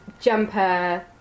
jumper